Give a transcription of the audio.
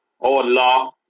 Allah